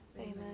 amen